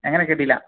എങ്ങനെ കേട്ടില്ല